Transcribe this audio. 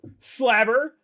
Slabber